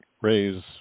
raise